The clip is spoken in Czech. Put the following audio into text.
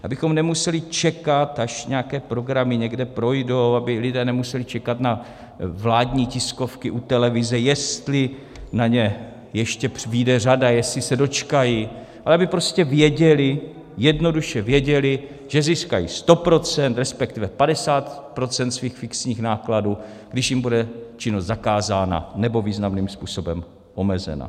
Abychom nemuseli čekat, až nějaké programy někde projdou, aby lidé nemuseli čekat na vládní tiskovky u televize, jestli na ně ještě vyjde řada, jestli se dočkají, ale aby prostě věděli, jednoduše věděli, že získají 100 %, respektive 50 % svých fixních nákladů, když jim bude činnost zakázána nebo významným způsobem omezena.